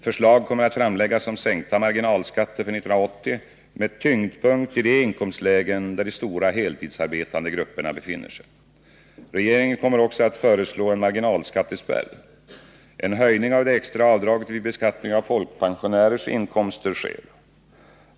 Förslag kommer att framläggas om sänkta marginalskatter för 1980 med tyngdpunkt i de inkomstlägen där de stora heltidsarbetande grupperna befinner sig. Regeringen kommer också att föreslå en marginalskattespärr. En höjning av det extra avdraget vid beskattning av folkpensionärers inkomster sker.